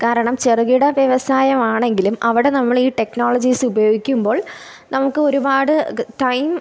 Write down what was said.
കാരണം ചെറുകിട വ്യവസായമാണെങ്കിലും അവിടെ നമ്മളീ ടെക്നോളജീസുപയോഗിക്കുമ്പോൾ നമുക്ക് ഒരുപാട് ഗ് ടൈം